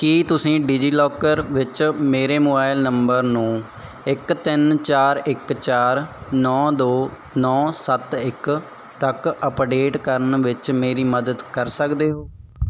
ਕੀ ਤੁਸੀਂ ਡਿਜੀਲਾਕਰ ਵਿੱਚ ਮੇਰੇ ਮੋਬਾਈਲ ਨੰਬਰ ਨੂੰ ਇੱਕ ਤਿੰਨ ਚਾਰ ਇੱਕ ਚਾਰ ਨੌ ਦੋ ਨੌ ਸੱਤ ਇੱਕ ਤੱਕ ਅੱਪਡੇਟ ਕਰਨ ਵਿੱਚ ਮੇਰੀ ਮਦਦ ਕਰ ਸਕਦੇ ਹੋ